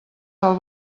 del